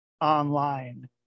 online